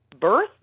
birth